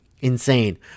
Insane